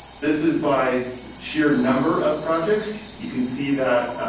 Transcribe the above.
this is by sheer number of projects, you can see that